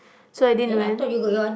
so I didn't went